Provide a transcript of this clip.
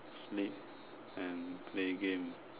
sleep and play game